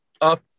up